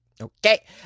Okay